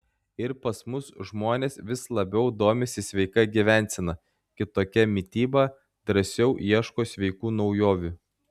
ir pas mus žmonės vis labiau domisi sveika gyvensena kitokia mityba drąsiau ieško sveikų naujovių